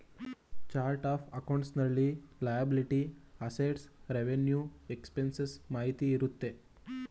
chart of accounts ನಲ್ಲಿ liability, assets, revenue expenses ಮಾಹಿತಿ ಇರುತ್ತೆ